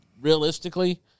realistically